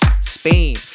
Spain